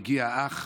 מגיע אח,